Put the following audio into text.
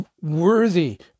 worthy